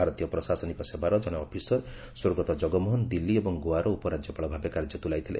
ଭାରତୀୟ ପ୍ରଶାସନିକ ସେବାର ଜଣେ ଅଫିସର ସ୍ୱର୍ଗତ ଜଗମୋହନ ଦିଲ୍ଲୀ ଏବଂ ଗୋଆର ଉପରାଜ୍ୟପାଳ ଭାବେ କାର୍ଯ୍ୟ ତୁଲାଇଥିଲେ